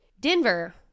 Denver